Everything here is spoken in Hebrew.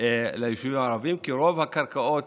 ליישובים הערביים, כי רוב הקרקעות